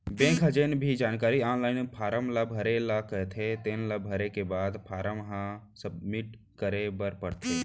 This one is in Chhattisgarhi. बेंक ह जेन भी जानकारी आनलाइन फारम ल भरे ल कथे तेन ल भरे के बाद फारम ल सबमिट करे बर परथे